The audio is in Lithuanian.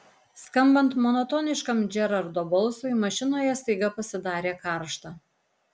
skambant monotoniškam džerardo balsui mašinoje staiga pasidarė karšta